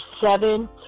seven